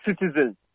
citizens